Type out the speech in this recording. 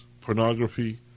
pornography